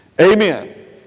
Amen